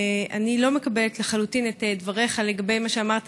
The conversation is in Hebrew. אני לא מקבלת לחלוטין את דבריך לגבי מה שאמרת